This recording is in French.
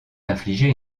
infliger